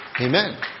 Amen